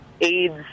aids